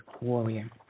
warrior